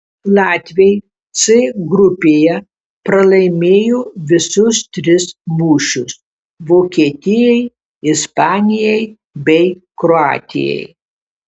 latviai c grupėje pralaimėjo visus tris mūšius vokietijai ispanijai bei kroatijai